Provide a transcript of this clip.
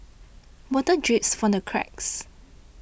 water drips from the cracks